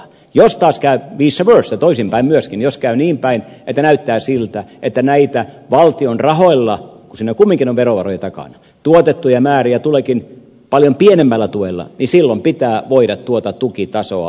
jos taas käy vice versa toisinpäin myöskin jos käy niin päin että näyttää siltä että näitä valtion rahoilla tuotettuja määriä kun siinä kumminkin on verovaroja takana tuleekin paljon pienemmällä tuella niin silloin pitää voida tuota tukitasoa vähentää